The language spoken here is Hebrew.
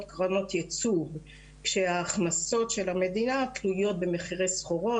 קרנות ייצור כשההכנסות של המדינה תלויות במחירי סחורות,